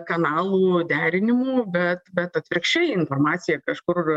kanalų derinimų bet bet atvirkščiai informacija kažkur